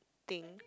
thing